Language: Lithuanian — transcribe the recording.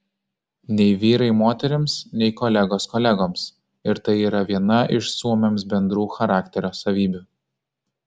nei vyrai moterims nei kolegos kolegoms ir tai yra viena iš suomiams bendrų charakterio savybių